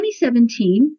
2017